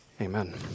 Amen